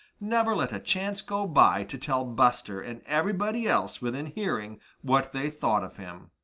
never let a chance go by to tell buster and everybody else within hearing what they thought of him.